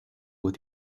with